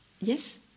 Yes